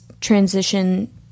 transition